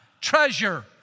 treasure